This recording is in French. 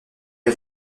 les